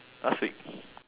last week